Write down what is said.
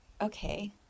okay